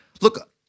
Look